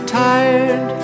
tired